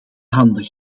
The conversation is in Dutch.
handen